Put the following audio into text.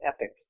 epic